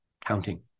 counting